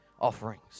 offerings